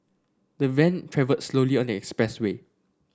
the van travelled slowly on expressway